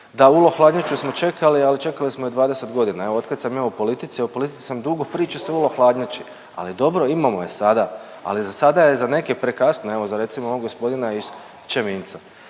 da, ULO hladnjaču smo čekali, ali čekali smo je 20 godina. Evo, otkad sam ja u politici, a u politici sam dugo, priča se o ULO hladnjači. Ali dobro, imamo je sada, ali za sada je za neke prekasno, evo, za recimo ovog gospodina iz Čeminca.